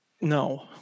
no